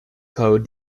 code